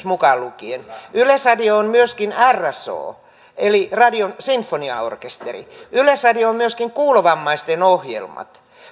mukaan lukien yleisradio on myöskin rso eli radion sinfoniaorkesteri yleisradio on myöskin kuulovammaisten ohjelmat